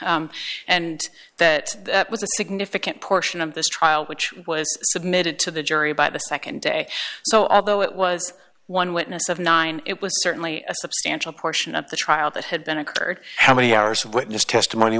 and that was a significant portion of this trial which was submitted to the jury by the nd day so although it was one witness of nine it was certainly a substantial portion of the trial that had been occurred how many hours of witness testimony